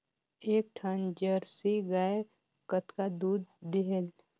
एक ठन जरसी गाय कतका दूध देहेल?